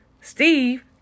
Steve